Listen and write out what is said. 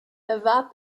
erwarb